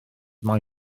mai